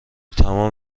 تمام